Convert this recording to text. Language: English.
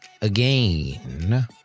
again